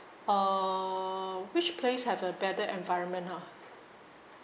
uh which place have a better environment ha